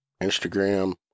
Instagram